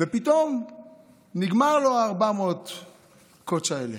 ופתאום נגמרים לו ה-400 קוט"ש האלה,